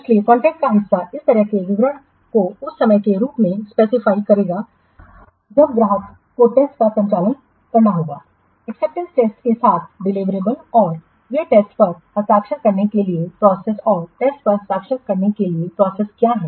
इसलिए कॉन्ट्रैक्ट का हिस्सा इस तरह के विवरण को उस समय के रूप में स्पेसिफाई करेगा जब ग्राहक कोटेस्टका संचालन करना होगा एक्सेप्टेंस टेस्टके साथ डिलिवरेबल्स और वेटेस्टपर हस्ताक्षर करने के लिए प्रोसेसऔरटेस्टपर हस्ताक्षर करने के लिए प्रोसेस क्या है